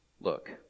look